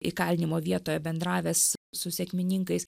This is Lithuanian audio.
įkalinimo vietoje bendravęs su sekmininkais